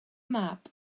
mab